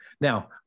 Now